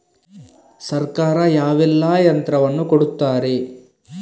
ಸರ್ಕಾರ ಯಾವೆಲ್ಲಾ ಯಂತ್ರವನ್ನು ಕೊಡುತ್ತಾರೆ?